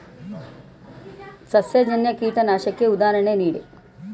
ಸಸ್ಯಜನ್ಯ ಕೀಟನಾಶಕಕ್ಕೆ ಉದಾಹರಣೆ ನೀಡಿ?